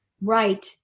Right